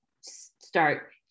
start